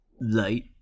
Light